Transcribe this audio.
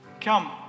Come